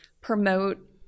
promote